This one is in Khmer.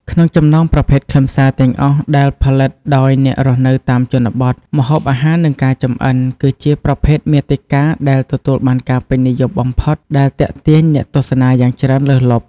ក្នុងចំណោមប្រភេទខ្លឹមសារទាំងអស់ដែលផលិតដោយអ្នករស់នៅតាមជនបទ ម្ហូបអាហារ និងការចម្អិន គឺជាប្រភេទមាតិកាដែលទទួលបានការពេញនិយមបំផុត ដែលទាក់ទាញអ្នកទស្សនាយ៉ាងច្រើនលើសលប់។